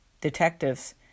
detectives